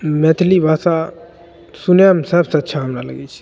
मैथिली भाषा सुनैमे सबसँ अच्छा हमरा लागै छै